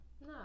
No